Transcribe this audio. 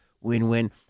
win-win